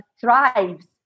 thrives